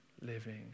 living